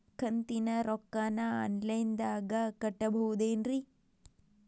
ಕಂತಿನ ರೊಕ್ಕನ ಆನ್ಲೈನ್ ದಾಗ ಕಟ್ಟಬಹುದೇನ್ರಿ?